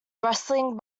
wrestling